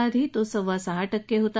आधी तो सव्वा सहा टक्के होता